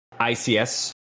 ICS